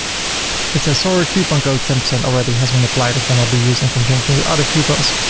it says sorry, coupon code ten percent already has been applied it cannot be used in conjunction with other coupons.